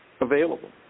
available